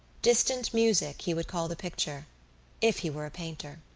distant music he would call the picture if he were a painter.